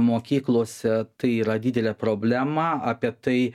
mokyklose tai yra didelė problema apie tai